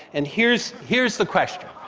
and here's here's the question,